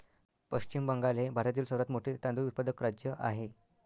पश्चिम बंगाल हे भारतातील सर्वात मोठे तांदूळ उत्पादक राज्य आहे